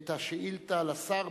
את השאילתא לשר,